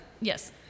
Yes